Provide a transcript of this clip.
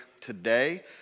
today